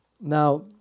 Now